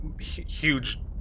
huge